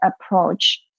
approach